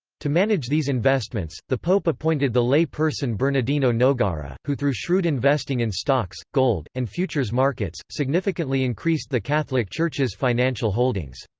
to manage these investments, the pope appointed the lay-person bernardino nogara, who through shrewd investing in stocks, gold, and futures markets, significantly increased the catholic church's financial holdings.